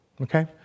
Okay